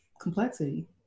complexity